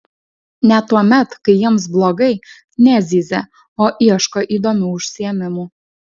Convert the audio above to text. net tuomet kai jiems blogai nezyzia o ieško įdomių užsiėmimų